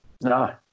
No